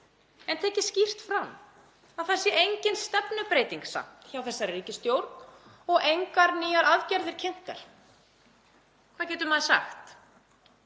en tekið skýrt fram að það sé engin stefnubreyting samt hjá þessari ríkisstjórn og engar nýjar aðgerðir kynntar. Hvað getur maður sagt?